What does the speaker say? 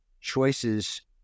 choices